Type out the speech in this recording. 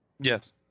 Yes